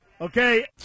okay